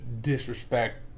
disrespect